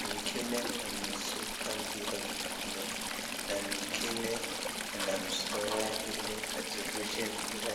Mwengine ameshika mpira mkononi na mwengine anamzuia ili asirushe mpira